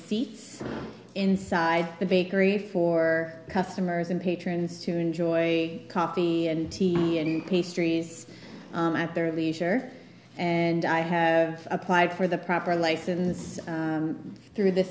seats inside the bakery for customers and patrons to enjoy coffee and pastries at their leisure and i have applied for the proper license through the